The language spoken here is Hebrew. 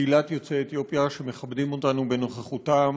קהילת יוצאי אתיופיה שמכבדים אותנו בנוכחותם,